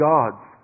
God's